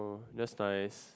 oh just nice